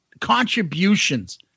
contributions